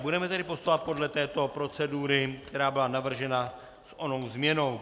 Budeme tedy postupovat podle této procedury, která byla navržena s onou změnou.